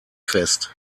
fest